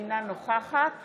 אינה נוכחת